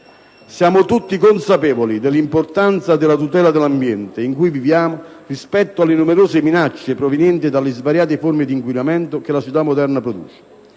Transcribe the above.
Siamo tutti consapevoli dell'importanza della tutela dell'ambiente in cui viviamo rispetto alle numerose minacce provenienti dalle svariate forme di inquinamento che la società moderna produce.